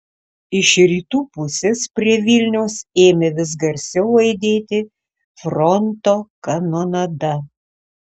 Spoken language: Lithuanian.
iš rytų pusės prie vilniaus ėmė vis garsiau aidėti fronto kanonada